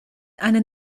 einen